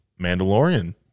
Mandalorian